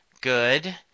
Good